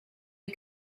you